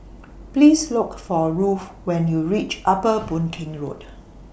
Please Look For Ruth when YOU REACH Upper Boon Keng Road